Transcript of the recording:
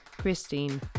Christine